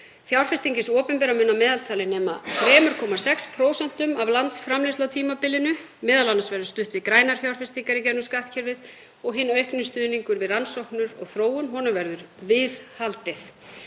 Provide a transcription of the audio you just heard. Fjárfesting hins opinbera mun að meðaltali nema 3,6% af landsframleiðslu á tímabilinu og m.a. verður stutt við grænar fjárfestingar í gegnum skattkerfið og hinum aukna stuðningi við rannsóknir og þróun verður við haldið.